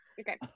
Okay